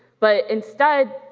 but instead,